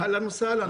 אהלן וסהלן.